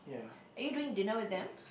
are you doing dinner with them